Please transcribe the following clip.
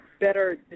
better